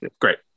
great